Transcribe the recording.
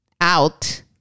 out